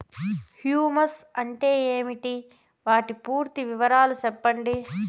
Humus అంటే ఏంటి? వాటి పూర్తి వివరాలు సెప్పండి?